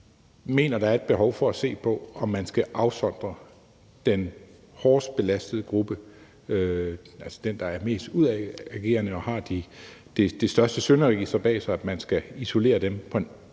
mener, at der er et behov for at se på, om man skal afsondre den hårdest belastede gruppe, altså den, der er mest udadreagerende og har det største synderegister, og isolere dem på